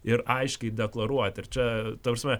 ir aiškiai deklaruot ir čia ta prasme